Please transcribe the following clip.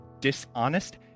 dishonest